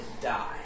die